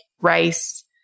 rice